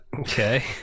okay